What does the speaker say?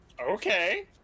Okay